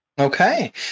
Okay